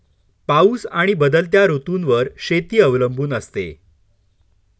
पाऊस आणि बदलत्या ऋतूंवर शेती अवलंबून असते